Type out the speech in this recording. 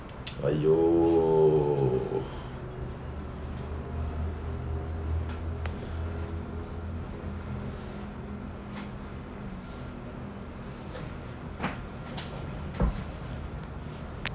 !aiyo!